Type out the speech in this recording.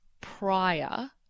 prior